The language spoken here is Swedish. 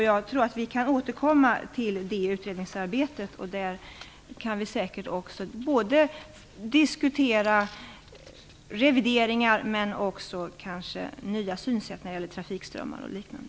Jag tror att vi kan återkomma till det utredningsarbetet och säkert både diskutera revideringar och nya synsätt när det gäller trafikströmmar och liknande.